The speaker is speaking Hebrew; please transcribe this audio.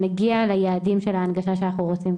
נגיע ליעדים של ההנגשה שאנחנו רוצים.